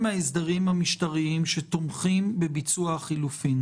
ההסדרים המשטריים שתומכים בביצוע החילופים.